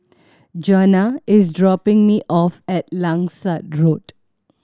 Jonah is dropping me off at Langsat Road